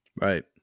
Right